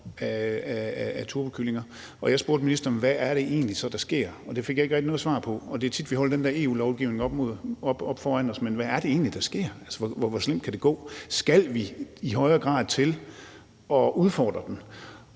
af turbokyllinger. Jeg spurgte ministeren, hvad det så egentlig er, der sker, og det fik jeg ikke rigtig noget svar på. Det er tit, vi holder den her EU-lovgivning op foran os, men hvad er det egentlig, der sker? Altså, hvor slemt kan det gå? Skal vi i højere grad til at udfordre den?